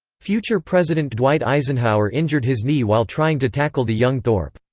future president dwight eisenhower injured his knee while trying to tackle the young thorpe.